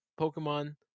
pokemon